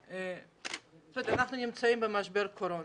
אנחנו נמצאים במשבר קורונה.